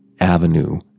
avenue